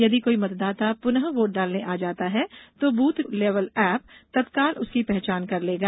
यदि कोई मतदाता पुनः वोट डालने आ जाता है तो बूथ लेवल एप तत्काल उसकी पहचान कर लेगा